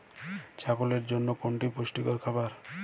ছাগলের জন্য কোনটি পুষ্টিকর খাবার?